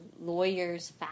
lawyers